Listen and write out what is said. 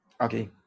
Okay